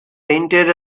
painted